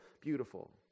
beautiful